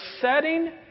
setting